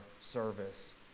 service